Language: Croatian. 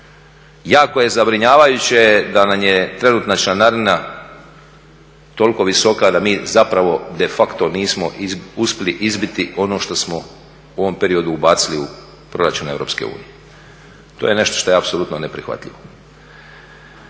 Jako je zabrinjavajuće da nam je trenutka članarina toliko visoka da mi zapravo de facto nismo uspjeli izbiti ono što smo u ovom periodu ubacili u proračun EU. To je nešto što je apsolutno neprihvatljivo.